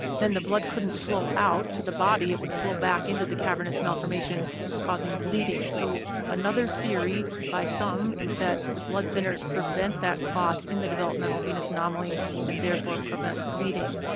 then the blood couldn't flow out to the body. it would flow back into the cavernous malformation causing bleeding. so another theory by some is that the blood thinners prevent that clot in the developmental venous anomaly and therefore prevent bleeding.